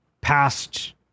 past